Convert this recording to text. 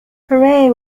hooray